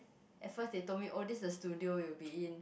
at first they told me oh this is the studio you will be in